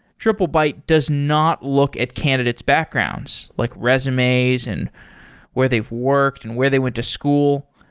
triplebyte does not look at candidate's backgrounds, like resumes and where they've worked and where they went to school.